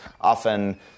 often